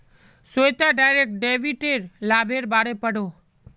Shweta direct डेबिटेर लाभेर बारे पढ़ोहो